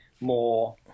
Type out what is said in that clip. more